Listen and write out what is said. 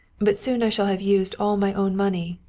but soon i shall have used all my own money,